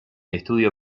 estudio